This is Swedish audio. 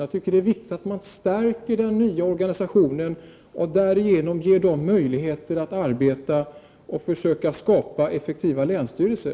Det är som jag ser det viktigt att stärka den nya organisationen och att man därigenom ger den möjligheter att arbeta för att skapa effektiva länsstyrelser.